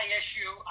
issue